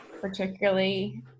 particularly